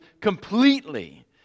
completely